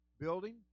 building